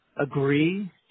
agree